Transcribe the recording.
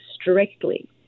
strictly